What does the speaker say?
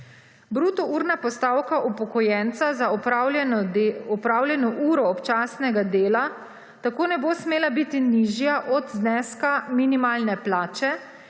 Bruto urna postavka upokojenca za opravljeno uro občasnega dela tako ne bo smela biti nižja od zneska minimalne plače,